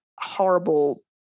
horrible